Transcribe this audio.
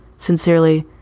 sincerely,